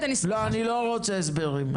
לא אני לא רוצה הסברים.